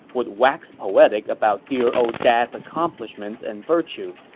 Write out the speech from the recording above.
would wax poetic about dear ol' dad's accomplishments and virtue.